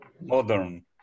modern